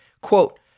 quote